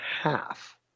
half